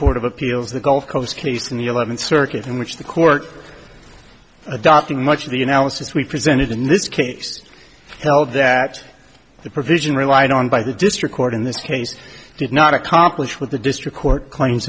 court of appeals the gulf coast case in the eleventh circuit in which the court adopting much of the analysis we presented in this case held that the provision relied on by the district court in this case did not accomplish what the district court claims